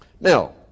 Now